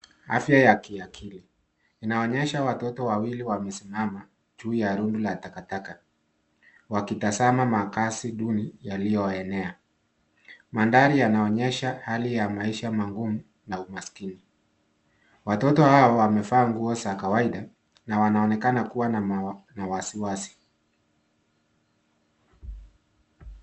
Afya ya kiakili. Inaonyesha watoto wawili wamesimama juu ya rundo la takataka, wakitazama makaazi duni yaliyoenea. Mandhari yanaonyesha hali ya maisha magumu na umaskini. Watoto hao wamevaa nguo za kawaida na wanaonekana kuwa na wasiwasi.